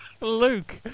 Luke